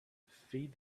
feed